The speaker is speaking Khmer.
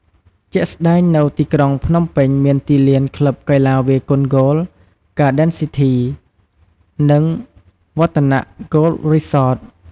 ជាក់ស្ដែង នៅទីក្រុងភ្នំពេញ មានទីលាន ក្លឹបកីឡាវាយកូនហ្គោល ហ្គាដិនស៊ីធី (Garden City Golf Club) និង Vattanac Golf Resort។